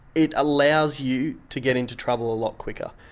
it allows you to get into trouble a lot quicker.